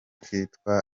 kitwa